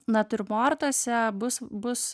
natiurmortuose bus bus